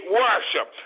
worship